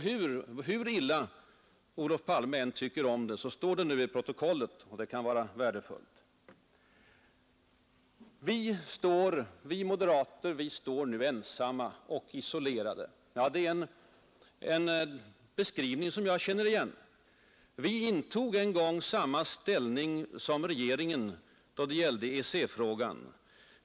Hur illa herr Olof Palme än må tycka om uttalandet, står det nu i protokollet. Det är värdefullt. Vi moderater står nu ensamma och isolerade — det är en beskrivning som jag känner igen. Vi bibehöll exempelvis den ställning som regeringen en gång intagit när det gällde EEC-frågan.